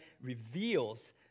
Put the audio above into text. reveals